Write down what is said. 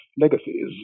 legacies